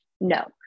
No